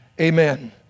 amen